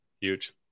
huge